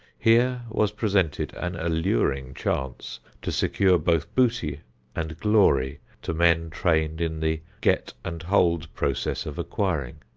here was presented an alluring chance to secure both booty and glory to men trained in the get and hold process of acquiring.